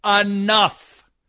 enough